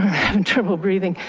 having trouble breathing.